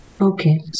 Okay